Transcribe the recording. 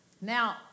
Now